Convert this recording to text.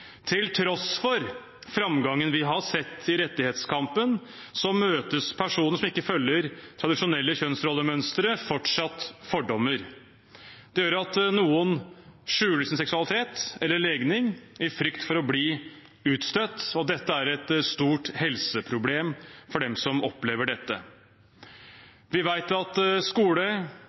Til tross for framgangen vi har sett i rettighetskampen, møter personer som ikke følger det tradisjonelle kjønnsrollemønsteret, fordommer. Det gjør at noen skjuler sin seksualitet eller legning i frykt for å bli utstøtt, og det er et stort helseproblem for dem som opplever dette. Vi vet at skole